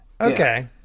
Okay